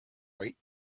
white